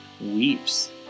weeps